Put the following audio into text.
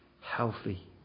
healthy